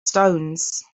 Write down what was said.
stones